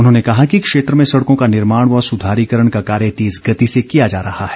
उन्होंने कहा कि क्षेत्र में सड़कों का निर्माण व सुधारीकरण का कार्य तेज गति से किया जा रहा है